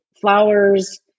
flowers